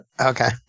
Okay